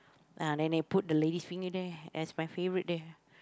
ah then they put the lady's finger there that's my favorite there